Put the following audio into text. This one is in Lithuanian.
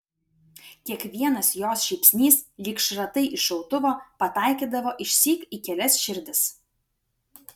kiekvienas jos šypsnys lyg šratai iš šautuvo pataikydavo išsyk į kelias širdis